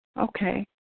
okay